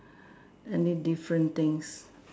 any different things